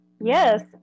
Yes